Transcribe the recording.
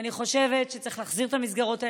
ואני חושבת שצריך להחזיר את המסגרות האלה.